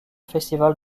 festival